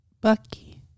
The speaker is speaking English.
Bucky